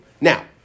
Now